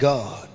God